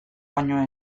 baino